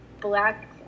black